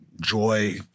joy